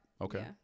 Okay